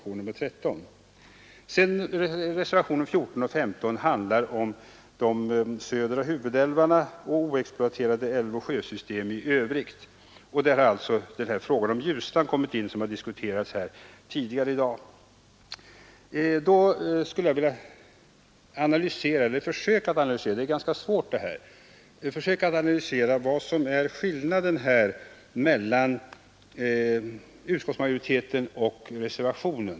oexploaterade älvoch sjösystem i övrigt. Här har frågan om Ljusnan, som diskuterades tidigare i dag, kommit in. Jag skulle vilja försöka att analysera vad som är skillnaden mellan utskottsmajoritetens förslag och reservationen.